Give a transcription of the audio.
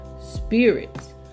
spirits